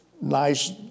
nice